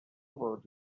about